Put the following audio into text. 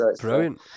Brilliant